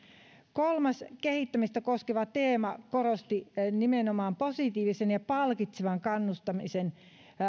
kolmas kehittämistä koskeva teema korosti nimenomaan positiivisen ja palkitsevan kannustamisen